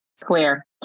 Clear